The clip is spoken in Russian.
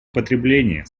потребления